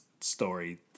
story